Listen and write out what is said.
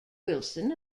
wilson